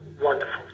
wonderful